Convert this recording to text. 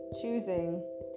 choosing